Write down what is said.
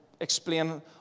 explain